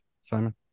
Simon